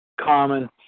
Common